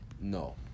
No